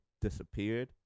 disappeared